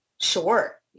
Sure